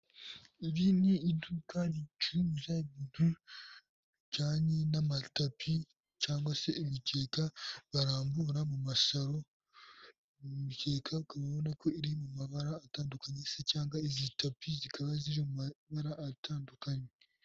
Iri ni iduka ricuruza ibintu bijyanye n'amatapi cyangwa se imikeka barambura mumasalo, imikeka ukaba ubona ko iri mumabara atandukanye se cyangwa izi tapi zikaba ziri mumabara atandukanye.